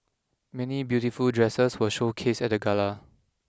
many beautiful dresses were showcased at the gala